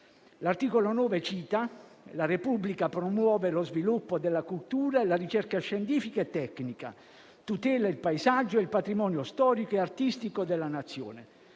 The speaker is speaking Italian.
quali recita: «La Repubblica promuove lo sviluppo della cultura e la ricerca scientifica e tecnica. Tutela il paesaggio e il patrimonio storico e artistico della Nazione».